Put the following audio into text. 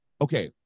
Okay